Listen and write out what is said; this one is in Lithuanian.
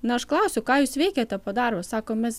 na aš klausiu ką jūs veikiate po darbo sako mes